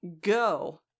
go